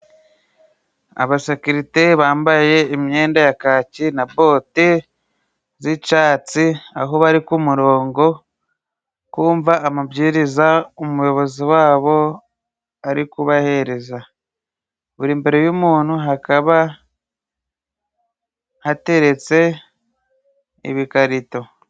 Abasekirite bambaye imyenda ya kaki na bote z'icatsi, aho bari ku murongo kumva amabwiriza umuyobozi wabo ari kubahereza. Buri mbere y'umuntu hakaba hateretse ibikarito.